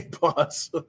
boss